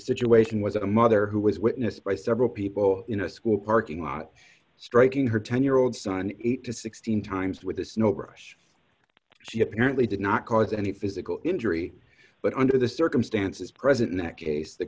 situation was a mother who was witnessed by several people in a school parking lot striking her ten year old son eight to sixteen times with a snow brush she apparently did not cause any physical injury but under the circumstances present in that case the